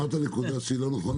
אמרת נקודה שהיא לא נכונה,